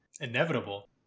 inevitable